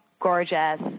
gorgeous